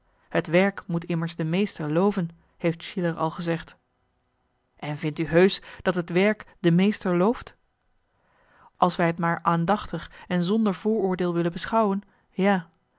het werk moet immers de meester loven heeft schiller al gezegd en vindt u heusch dat het werk de meester looft als wij t maar aandachtig en zonder vooroordeel willen beschouwen ja